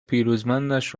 پیروزمندش